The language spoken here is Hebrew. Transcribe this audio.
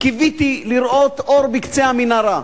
קיוויתי לראות אור בקצה המנהרה.